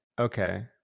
okay